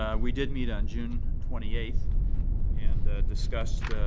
ah we did meet on june twenty eight and discussed